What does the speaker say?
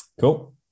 Cool